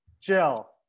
Jill